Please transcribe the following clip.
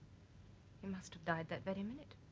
he must have died that very minute